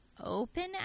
open